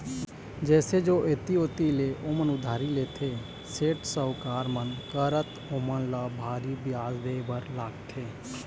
जइसे जो ऐती ओती ले ओमन उधारी लेथे, सेठ, साहूकार मन करा त ओमन ल भारी बियाज देहे बर लागथे